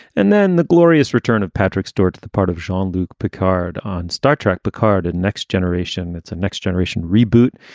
and then the glorious return of patrick stewart to the part of jean-luc picard on star trek, picard and next generation. it's a next generation reboot.